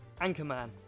Anchorman